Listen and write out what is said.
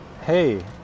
hey